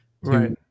right